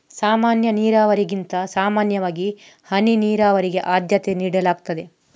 ಸಾಮಾನ್ಯ ನೀರಾವರಿಗಿಂತ ಸಾಮಾನ್ಯವಾಗಿ ಹನಿ ನೀರಾವರಿಗೆ ಆದ್ಯತೆ ನೀಡಲಾಗ್ತದೆ